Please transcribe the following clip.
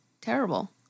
Terrible